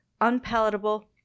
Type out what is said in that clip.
unpalatable